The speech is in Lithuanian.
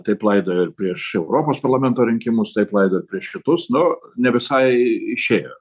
taip laidojo ir prieš europos parlamento rinkimus taip laidojo ir prieš šitus nu ne visai išėjo